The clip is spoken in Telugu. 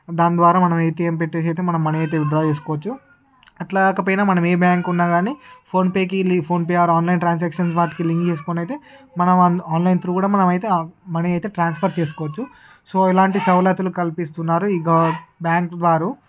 దాని ద్వారా మనం ఏటీఎం పెట్టేసి అయితే మనం మనీ అయితే విత్డ్రా చేసుకోవచ్చు అట్లా కాకపోయినా మనం ఏ బ్యాంకు ఉన్నా కాని ఫోన్పేకి వెళ్ళీ ఫోన్పే ఆర్ ఆన్లైన్ ట్రాన్సాక్షన్స్ వాటికి లింక్ చేసుకొని అయితే మనం ఆన్లైన్ త్రు కూడా మనం అయితే మనీ అయితే ట్రాన్స్ఫర్ చేసుకోవచ్చు సో ఇలాంటి సౌలతులు కల్పిస్తున్నారు ఇక బ్యాంక్ వారు